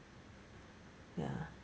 ya